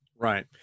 Right